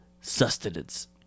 sustenance